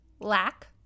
lack